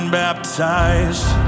baptized